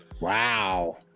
Wow